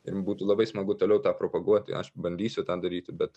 ir būtų labai smagu toliau tą propaguoti aš bandysiu tą daryti bet